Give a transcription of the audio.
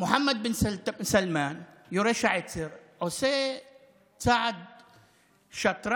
מוחמד בן סלמאן, יורש העצר, עושה צעד שאתראנג',